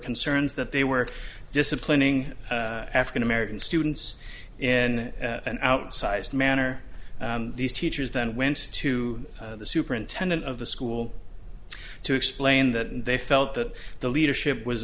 concerns that they were disciplining african american students in an outsized manner these teachers then went to the superintendent of the school to explain that they felt that the leadership was